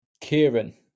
Kieran